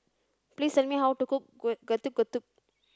please tell me how to cook Getuk Getuk